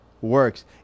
works